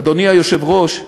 אדוני היושב-ראש,